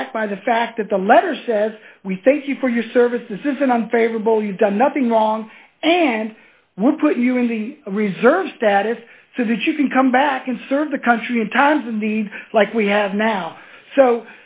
back by the fact that the letter says we thank you for your service this is an unfavorable you've done nothing wrong and will put you in the reserve status so that you can come back and serve the country in times of need like we have now so